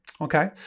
okay